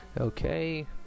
Okay